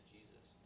Jesus